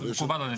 עכשיו,